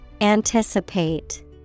Anticipate